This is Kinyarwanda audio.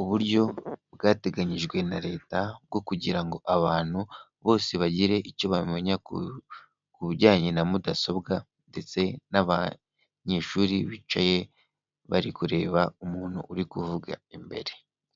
Uburyo bwateganyijwe na leta bwo kugira ngo abantu bose bagire icyo bamenya ku bijyanye na mudasobwa ndetse n'abanyeshuri bicaye bari kureba umuntu uri kuvuga imbere